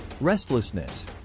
Restlessness